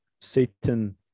Satan